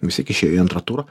vis tik išėjo į antrą turą